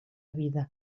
vida